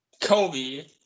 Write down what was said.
Kobe